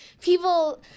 people